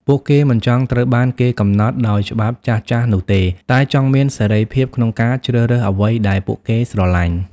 ពួកគេមិនចង់ត្រូវបានគេកំណត់ដោយច្បាប់ចាស់ៗនោះទេ តែចង់មានសេរីភាពក្នុងការជ្រើសរើសអ្វីដែលពួកគេស្រលាញ់។